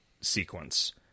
sequence